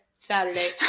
Saturday